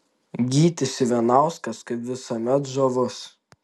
gytis ivanauskas kaip visuomet žavus